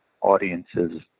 audiences